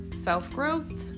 self-growth